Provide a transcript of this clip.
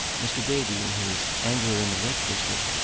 mr. davy, in his angler in the lake district,